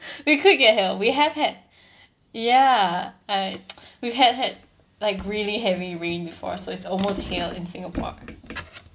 we could get hailed we have had ya like we have had like really heavy rain before so it's almost hailed in singapore